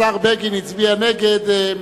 השר בגין, הצבעת בטעות נגד.